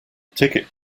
ticket